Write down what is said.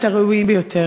את הראויים ביותר.